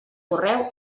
correu